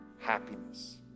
happiness